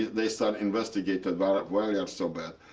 they start investigating but why they are so bad.